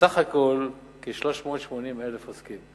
וסך הכול כ-380,000 עוסקים.